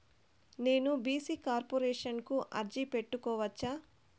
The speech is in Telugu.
నేను బీ.సీ కార్పొరేషన్ కు అర్జీ పెట్టుకోవచ్చా?